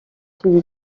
چیزی